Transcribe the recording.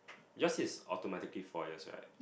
yours is automatically four years right